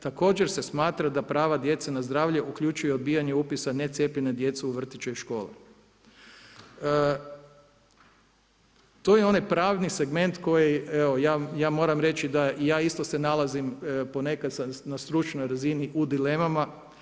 Također se smatra da prava djeca na zdravlje uključuje odbijanje upisa ne cijepljenja djecu u vrtiće i škole.“ To je onaj pravni segment koji evo ja moram reći da ja isto se nalazim ponekad na stručnoj dilemi u dilemama.